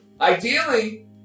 Ideally